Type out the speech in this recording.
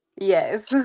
Yes